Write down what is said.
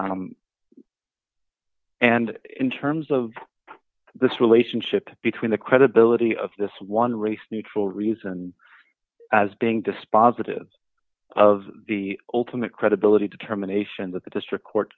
record and in terms of this relationship between the credibility of this one race neutral reason as being dispositive of the ultimate credibility determination that the district court